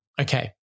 Okay